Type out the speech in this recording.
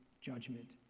judgment